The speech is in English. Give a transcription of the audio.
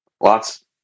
lots